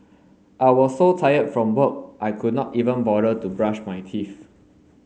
I was so tired from work I could not even bother to brush my teeth